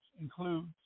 includes